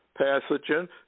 Pathogen